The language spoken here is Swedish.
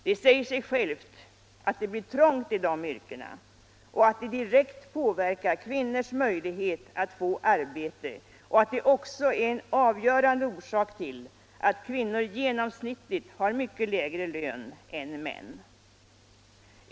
Det säger sig självt att det blir trångt i de yrkena, att detta direkt påverkar kvinnors möjlighet att få arbete och att det också är en avgörande orsak till att kvinnor genomsnittligt har mycket lägre lön än män.